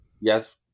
Yes